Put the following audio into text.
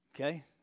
Okay